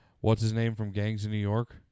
what's-his-name-from-gangs-in-New-York